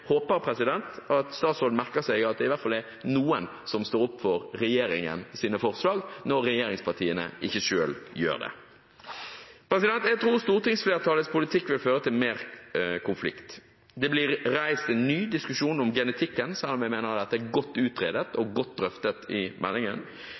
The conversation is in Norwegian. håper statsråden merker seg at det i hvert fall er noen som står opp for regjeringens forslag, når regjeringspartiene ikke selv gjør det. Jeg tror stortingsflertallets politikk vil føre til mer konflikt. Det blir reist en ny diskusjon om genetikken, selv om jeg mener dette er godt utredet og